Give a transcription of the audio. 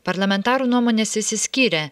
parlamentarų nuomonės išsiskyrė